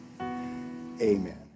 Amen